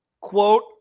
Quote